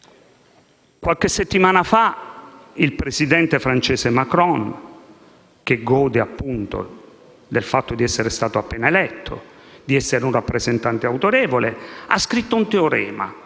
Qualche settimana fa il presidente francese Macron, che gode del consenso derivantegli dal fatto di essere stato appena eletto e di essere un rappresentante autorevole, ha scritto un teorema,